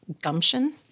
gumption